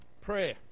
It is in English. Prayer